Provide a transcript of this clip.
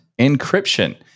encryption